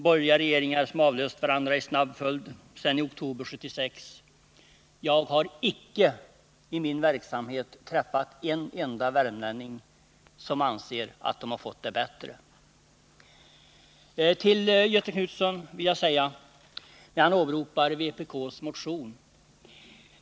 Borgerliga regeringar har nu avlöst varandra i snabb följd sedan i oktober 1976. Jag har icke i min verksamhet träffat en enda värmlänning som anser att han har fått det bättre. j Göthe Knutson åberopar vpk:s motion.